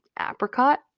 apricot